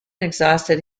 exhausted